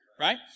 right